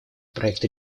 проект